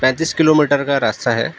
پینتیس kilometre کا راستہ ہے